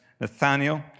Nathaniel